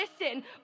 listen